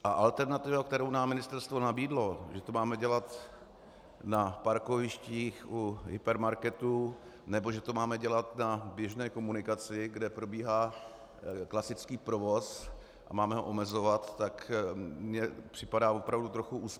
A alternativa, kterou nám ministerstvo nabídlo, že to máme dělat na parkovištích u hypermarketů nebo že to máme dělat na běžné komunikaci, kde probíhá klasický provoz, a máme ho omezovat, mi připadá opravdu trochu úsměvná.